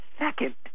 second